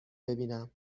ببینم